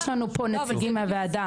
יש לנו פה נציגים מהוועדה.